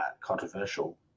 controversial